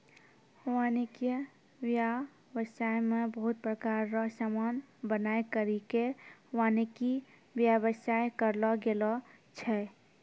वानिकी व्याबसाय मे बहुत प्रकार रो समान बनाय करि के वानिकी व्याबसाय करलो गेलो छै